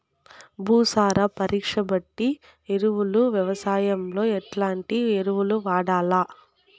భూసార పరీక్ష బట్టి ఎరువులు వ్యవసాయంలో ఎట్లాంటి ఎరువులు వాడల్ల?